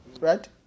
right